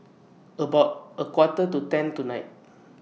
about A Quarter to ten tonight